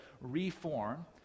reform